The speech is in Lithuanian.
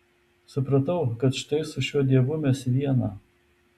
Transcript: supratau kad štai su šiuo dievu mes viena